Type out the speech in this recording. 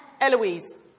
Eloise